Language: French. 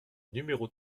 numéro